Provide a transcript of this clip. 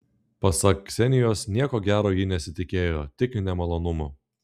pasak ksenijos nieko gero ji nesitikėjo tik nemalonumų